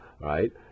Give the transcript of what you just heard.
right